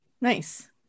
Nice